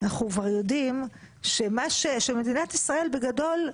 אנחנו כבר יודעים שמדינת ישראל בגדול,